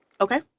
Okay